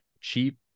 cheap